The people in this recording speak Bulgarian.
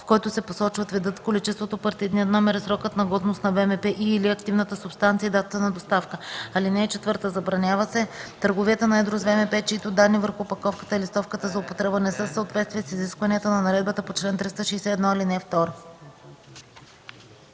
в който се посочват видът, количеството, партидният номер и срокът на годност на ВМП и/или активната субстанция и датата на доставка. (4) Забранява се търговията на едро с ВМП, чиито данни върху опаковката и листовката за употреба не са в съответствие с изискванията на наредбата по чл. 361, ал.